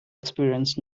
experienced